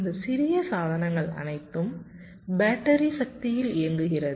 இந்த சிறிய சாதனங்கள் அனைத்தும் பேட்டரி சக்தியில் இயங்குகிறது